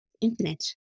Infinite